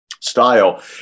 style